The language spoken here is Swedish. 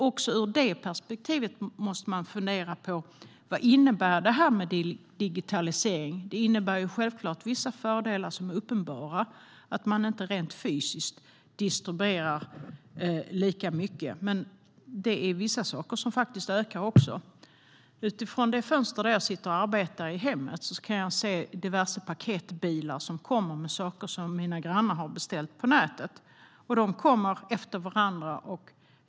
Också ur det perspektivet måste man fundera på vad digitaliseringen innebär. Den innebär självklart vissa uppenbara fördelar, att man inte rent fysiskt distribuerar lika mycket, men det är faktiskt också vissa saker som ökar. Från fönstret där jag sitter och arbetar i hemmet kan jag se diverse paketbilar som kommer med saker som mina grannar beställt på nätet. De kommer efter varandra.